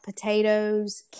potatoes